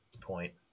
point